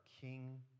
king